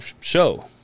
show